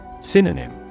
Synonym